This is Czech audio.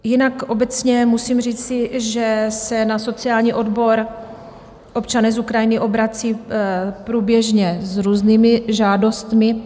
Jinak obecně musím říci, že se na sociální odbor občané z Ukrajiny obrací průběžně s různými žádostmi.